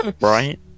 right